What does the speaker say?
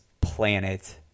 planet